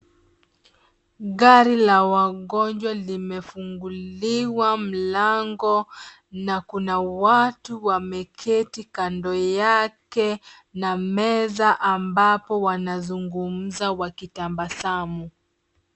Gari la wagonjwa limefunguliwa mlango na kuna watu wameketi kando yake na meza ambapo wanazungumza wakitabasamu.